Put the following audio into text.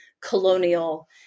colonial